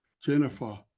Jennifer